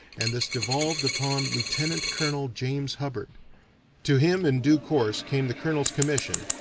and this devolved upon lieutenant-colonel james hubbard to him in due course came the colonel's commission,